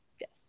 yes